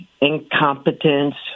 incompetence